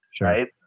Right